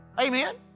Amen